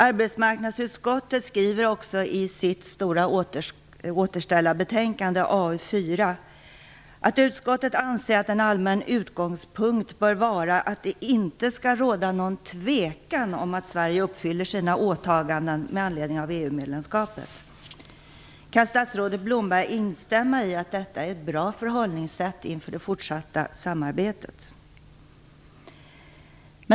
Arbetsmarknadsutskottet skriver också i sitt stora "återställarbetänkande", AU4, att utskottet anser att en allmän utgångspunkt bör vara att det inte skall råda någon tvekan om att Sverige uppfyller sina åtaganden med anledning av EU-medlemskapet. Kan statsrådet Blomberg instämma i att detta är ett bra förhållningssätt inför det fortsatta samarbetet?